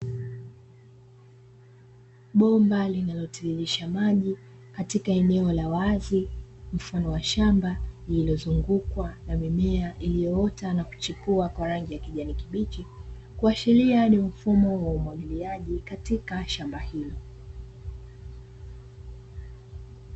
Bomba linalotiririsha maji katika eneo la wazi mfano wa shamba, lililozungukwa na mimea iliyoota na kuchipu kwa rangi ya kijani kibichi, kuashiria ni mfumo wa umwagiliaji katika shamba hilo.